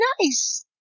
nice